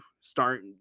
start